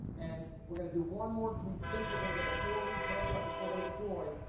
and we're gonna do one more. we think we're gonna get a four-week head's up before they deploy,